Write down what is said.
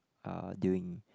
uh during